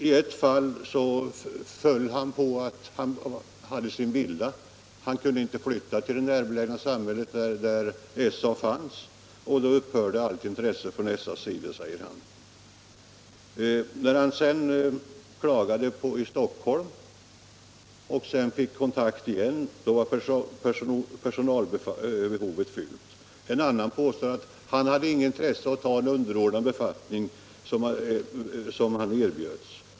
I ett fall föll vederbörande på att han på grund av sin villa inte kunde flytta till det närbelägna samhälle där SA fanns. Då upphörde allt intresse från SA:s sida, säger han. Han klagade i Stockholm och fick kontakt igen men då var personalbehovet täckt. En annan säger att han inte haft något intresse av att ta en underordnad befattning som erbjöds.